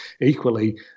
equally